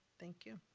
thank you.